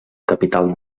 capital